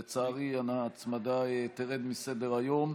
לצערי ההצמדה תרד מסדר-היום.